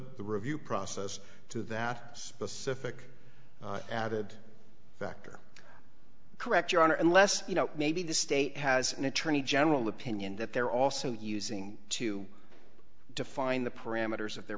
the review process to that specific added factor correct your honor unless you know maybe the state has an attorney general opinion that they're also using to define the parameters of their